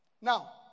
Now